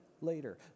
later